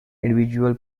individual